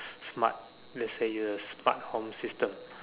smart let say you are a smart home system